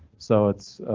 so it's